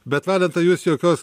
bet valentai juos jokios